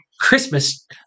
Christmas